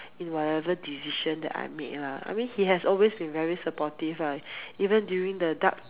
in whatever decision that I make lah I mean he has always been very supportive ah even during the dark